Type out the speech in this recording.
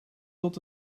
tot